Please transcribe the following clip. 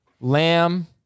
Lamb